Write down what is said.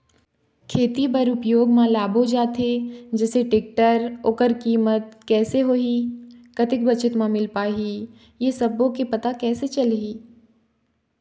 खेती बर उपयोग मा लाबो जाथे जैसे टेक्टर ओकर कीमत कैसे होही कतेक बचत मा मिल पाही ये सब्बो के पता कैसे चलही?